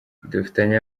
dufitanye